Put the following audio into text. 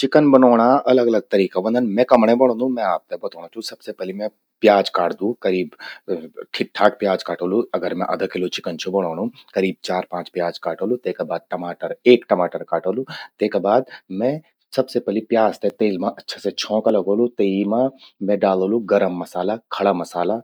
चिकन बणौंणा अलग अलग तरीका व्हंदन, मैं कमण्ये बणौंदू, मैं आपते बतौणूं छूं। सबसे पलि मैं प्याज काटदू करीब, ठिक ठाक प्याज काटोलु अगर मैं अधा किलो चिकन छूं बणौंणूं। करीब चार पांच प्याज काटोलु तेका बाद टमाटर, एक टमाटर काटोलु। तेका मैं सबसे पलि प्याज ते अच्छा से छौंका लगौलु। ते ही मां मैं डालोलु गरम मसाला, खड़ा मसाला,